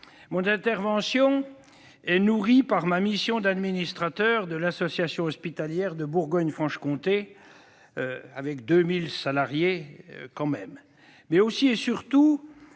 mon intervention est nourrie par ma mission d'administrateur de l'association hospitalière de Bourgogne-Franche-Comté, qui représente